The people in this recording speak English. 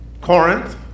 Corinth